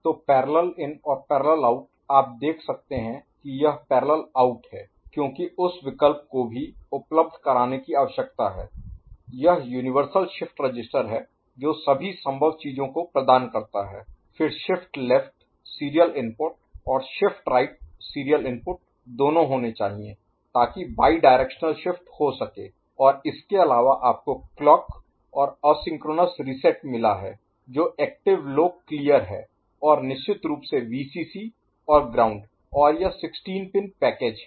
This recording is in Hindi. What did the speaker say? तो पैरेलल इन और पैरेलल आउट आप देख सकते हैं कि यह पैरेलल आउट है क्योंकि उस विकल्प को भी उपलब्ध कराने की आवश्यकता है यह यूनिवर्सल शिफ्ट रजिस्टर है जो सभी संभव चीजों को प्रदान करता है फिर शिफ्ट लेफ्ट सीरियल इनपुट और शिफ्ट राइट सीरियल इनपुट दोनों होने चाहिए ताकि बाईडायरेक्शनल Bidirectional द्विदिश शिफ्ट हो सके और इसके अलावा आपको क्लॉक और एसिंक्रोनस रीसेट मिला है जो एक्टिव लो क्लियर है और निश्चित रूप से Vcc और ग्राउंड और यह 16 पिन पैकेज है